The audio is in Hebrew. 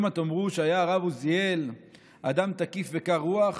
שמא תאמרו שהיה הרב עוזיאל אדם תקיף וקר רוח